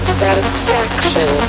satisfaction